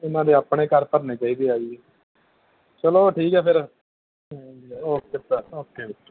ਇਹਨਾਂ ਦੇ ਆਪਣੇ ਘਰ ਭਰਨੇ ਚਾਹੀਦੇ ਆ ਜੀ ਚਲੋ ਠੀਕ ਹੈ ਫਿਰ ਓਕੇ ਸਰ ਓਕੇ ਜੀ